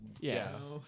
Yes